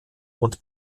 und